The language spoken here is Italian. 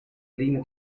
linea